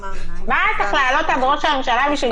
צריך לעלות עד ראש הממשלה?